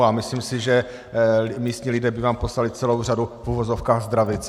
A myslím si, že místní lidé by vám poslali celou řadu v uvozovkách zdravic.